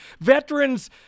veterans